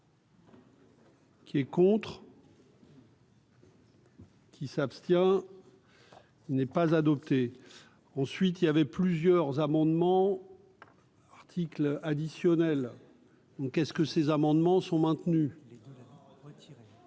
Qui est contre. Qui s'abstient, il n'est pas adopté ensuite, il y avait plusieurs amendements articles additionnels, donc qu'est-ce que ces amendements sont maintenus.